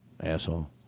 Asshole